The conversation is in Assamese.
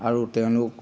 আৰু তেওঁলোক